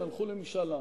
הן הלכו למשאל עם,